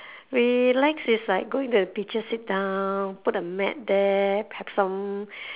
relax is like going to the beaches sit down put a mat there pack some